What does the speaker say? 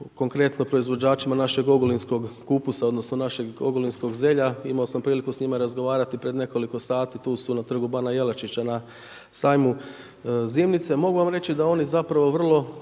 konkretno proizvođačima našeg Ogulinskog kupusa, odnosno našeg Ogulinskog zelja, imao sam priliku s njima razgovarati pred nekoliko sati, tu su na Trgu bana Jelačića na sajmu zimnice, mogu reći da su oni zapravo vrlo,